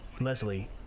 Leslie